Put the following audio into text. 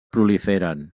proliferen